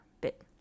bit